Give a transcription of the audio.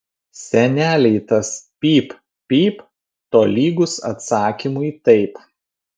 senelei tas pyp pyp tolygus atsakymui taip